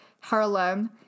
Harlem